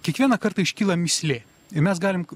kiekvieną kartą iškyla mįslė ir mes galim